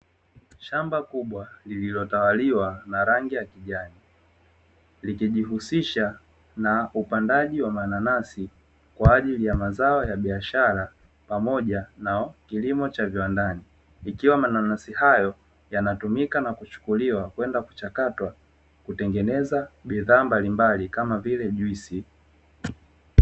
Shamba kubwa lililotawaliwa na rangi ya kijani, likijihusisha na upandaji wa mananasi kwa ajili ya mazao ya biashara pamoja na kilimo cha viwandani, ikiwa mananasi hayo yanatumika na kuchukuliwa kwenda kuchakatwa kutengeneza bidhaa mbalimbali kama vile juisi.